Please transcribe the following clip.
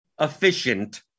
efficient